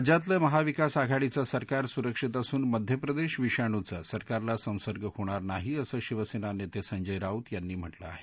राज्यातलं महाविकास आघाडीचं सरकार सुरक्षित असून मध्यप्रदेश विषाणूचा सरकारला संसर्ग होणार नाही असं शिवसेना नेते संजय राऊत यांनी म्हटलं आहे